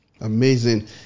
Amazing